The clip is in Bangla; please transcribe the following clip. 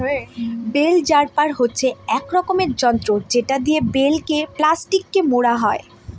বেল র্যাপার হচ্ছে এক রকমের যন্ত্র যেটা দিয়ে বেল কে প্লাস্টিকে মোড়া হয়